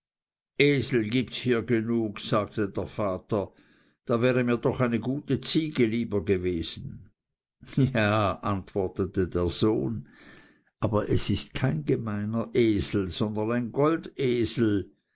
esel gibts hier genug sagte der vater da wäre mir doch eine gute ziege lieber gewesen ja antwortete der sohn aber es ist kein gemeiner esel sondern ein